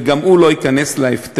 וגם הוא לא ייכנס להפטר.